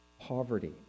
poverty